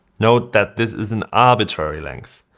note that this is an arbitrary length.